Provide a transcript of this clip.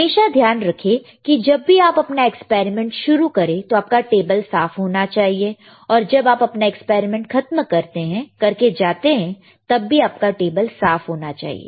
हमेशा ध्यान रखें कि जब भी आप अपना एक्सपेरिमेंट शुरू करें तो आपका टेबल साफ होना चाहिए और जब आप एक्सपेरिमेंट खत्म करके जाते हैं तब भी आपका टेबल साफ होना चाहिए